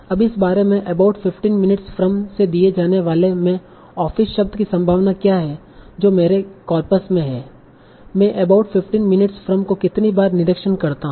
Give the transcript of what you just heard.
अब इस बारे में 'अबाउट 15 मिनट्स फ्रॉम' से दिए जाने वाले में ऑफिस शब्द की संभावना क्या है जो मेरी कार्पस में है मैं 'अबाउट 15 मिनट्स फ्रॉम' को कितनी बार निरीक्षण करता हु